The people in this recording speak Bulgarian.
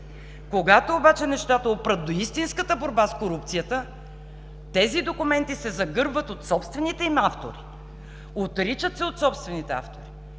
Когато обаче нещата опрат до истинската борба с корупцията, тези документи се загърбват от собствените им автори, отричат се от собствените автори.